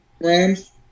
Rams